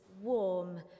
warm